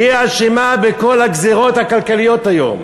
היא אשמה בכל הגזירות הכלכליות היום.